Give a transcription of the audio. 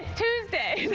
tuesday.